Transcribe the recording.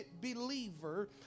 believer